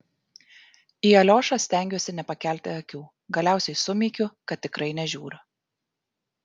į aliošą stengiuosi nepakelti akių galiausiai sumykiu kad tikrai nežiūriu